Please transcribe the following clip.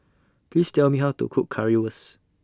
Please Tell Me How to Cook Currywurst